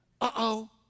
uh-oh